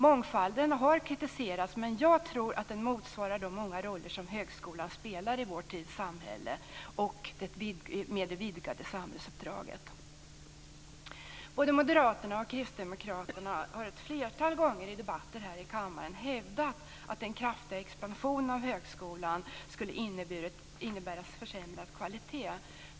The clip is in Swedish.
Mångfalden har kritiserats, men jag tror att den motsvarar de många roller som högskolan spelar i vår tids samhälle med det vidgade samhällsuppdraget. Både moderaterna och kristdemokraterna har ett flertal gånger i debatten här i kammaren hävdat att en kraftigare expansion av högskolan skulle innebära försämrad kvalitet.